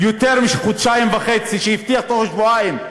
יותר מחודשיים וחצי אחרי שהוא הבטיח בתוך שבועיים,